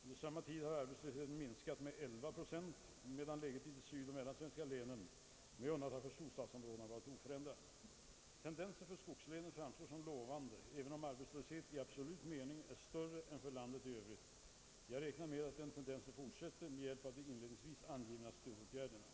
Under samma tid har arbetslösheten minskat med 11 procent, medan läget i de sydoch mellansvenska länen med undantag för storstadsområdena varit oförändrat. Tendensen för skogslänen framstår som lovande — även om arbetslösheten i absolut mening är större än för landet i övrigt. Jag räknar med att den tendensen fortsätter med hjälp av de inledningsvis angivna stödåtgärderna.